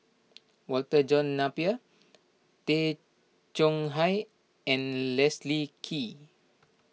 Walter John Napier Tay Chong Hai and Leslie Kee